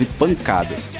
pancadas